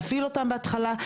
להפעיל אותם בהתחלה,